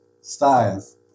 styles